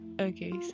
okay